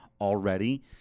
already